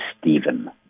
Stephen